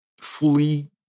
fully